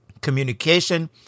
Communication